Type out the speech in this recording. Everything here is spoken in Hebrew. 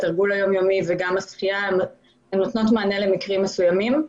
התרגול היום-יומי וגם השחייה נותנים מענה למקרים מסוימים.